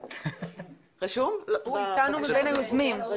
הוא איתנו בין היוזמים.